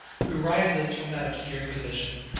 who rises from that obscure position,